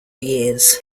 years